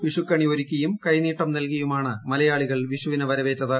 വിഷുക്കണി ഒരുക്കിയും കൈനീട്ടം നൽകിയുമാണ് മലയാളികൾ വിഷുവിനെ വരവേറ്റത്